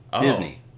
Disney